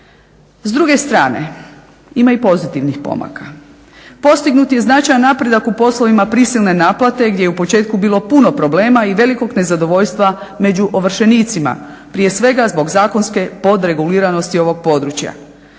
S druge strane, ima i pozitivnih pomaka. Postignut je i značajan napredak u poslovima prisilne naplate gdje je u početku bilo puno problema i velikog nezadovoljstva među ovršenicima prije svega zbog zakonske podreguliranosti ovog područja.